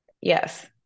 yes